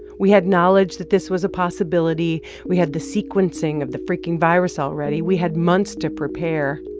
we had knowledge that this was a possibility. we had the sequencing of the freaking virus already. we had months to prepare.